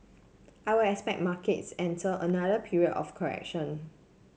I would expect markets enter another period of correction